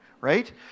Right